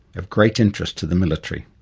of great interest to the military.